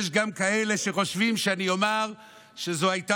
יש גם כאלה שחושבים שאני אומר שזו הייתה